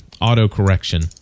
auto-correction